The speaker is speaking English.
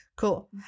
Cool